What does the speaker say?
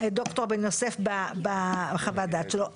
ד"ר בן יוסף בחוות הדעת שלו,